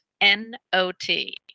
N-O-T